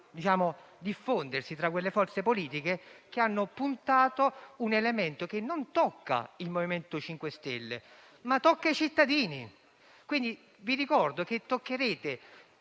possa diffondersi tra le forze politiche che hanno puntato un elemento che non tocca il MoVimento 5 Stelle, ma i cittadini. Vi ricordo che toccherete